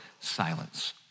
Silence